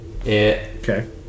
Okay